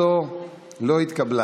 בוודאי ובוודאי אתם מכירים את הכוזרי.